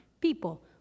people